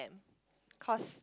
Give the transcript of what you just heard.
cause